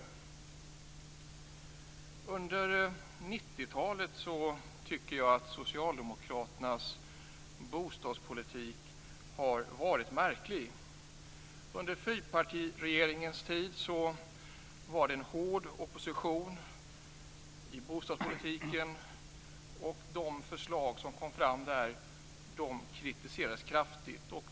Socialdemokraternas bostadspolitik har varit märklig under 90-talet. Under fyrpartiregeringens tid var det en hård opposition i bostadspolitiken. De förslag som togs fram kritiserades kraftigt.